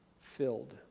filled